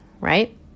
right